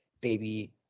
baby